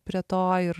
prie to ir